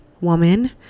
woman